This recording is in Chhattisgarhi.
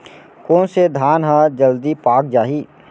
कोन से धान ह जलदी पाक जाही?